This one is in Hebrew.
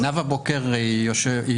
הישיבה ננעלה בשעה 13:45.